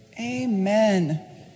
Amen